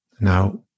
now